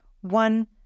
One